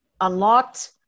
unlocked